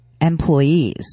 employees